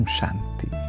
Shanti